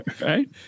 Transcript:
Right